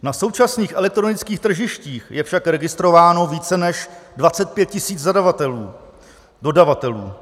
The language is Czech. Na současných elektronických tržištích je však registrováno více než 25 tisíc zadavatelů, dodavatelů.